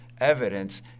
evidence